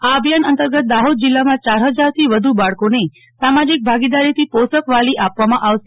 આ અભિયાન અંતર્ગત દાહોદ જિલ્લામાં યાર હજારથી વધુ બાળકોને સામાજિક ભાગીદારીથી પોષક વાલી આપવામાં આવશે